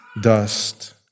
dust